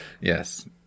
yes